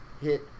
hit